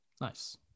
nice